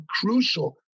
crucial